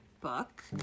book